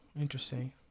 interesting